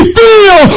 feel